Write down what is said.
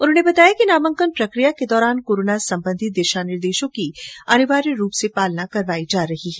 उन्होंने बताया कि नामांकन प्रक्रिया के दौरान कोरोना संबंधी दिशा निर्देशों की पालना करवाई जा रही है